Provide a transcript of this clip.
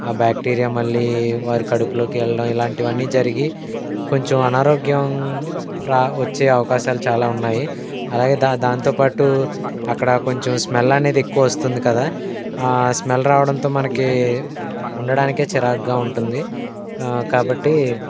ఆ బ్యాక్టీరియా మళ్ళీ వారి కడుపులోకి వెళ్ళడం ఇలాంటివన్నీ జరిగి కొంచెం ఆరోగ్యం రా వచ్చే అవకాశాలు చాలా ఉన్నాయి అలాగే దాం దాంతో పాటు అక్కడ కొంచెం స్మెల్ అనేది ఎక్కువ వస్తుంది కదా ఆ స్మెల్ రావడంతో మనకి ఉండడానికే చిరాగ్గా ఉంటుంది కాబట్టి